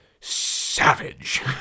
savage